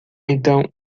então